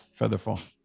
Featherfall